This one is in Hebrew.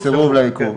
סירוב לעיכוב,